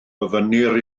gofynnir